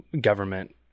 government